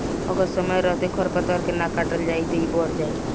अगर समय रहते खर पातवार के ना काटल जाइ त इ बढ़ जाइ